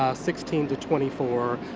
ah sixteen to twenty four,